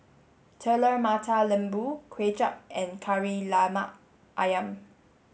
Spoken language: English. Telur Mata Lembu Kuay Chap and Kari Lemak Ayam